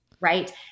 right